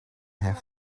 have